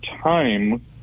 time